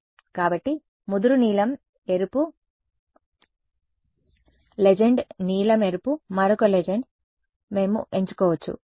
కాబట్టి ముదురు నీలం ఎరుపు ఒక లెజెండ్ నీలం ఎరుపు మరొక లెజెండ్ మేము ఎంచుకోవచ్చు